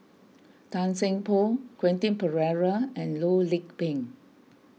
Tan Seng Poh Quentin Pereira and Loh Lik Peng